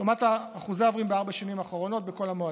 לעומת אחוזי העוברים בארבע השנים האחרונות בכל המועדים.